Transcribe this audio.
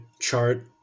chart